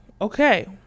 Okay